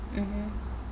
mmhmm